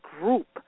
group